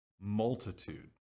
multitude